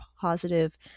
positive